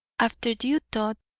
after due thought,